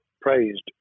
praised